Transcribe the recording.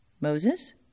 Moses